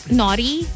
naughty